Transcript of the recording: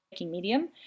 medium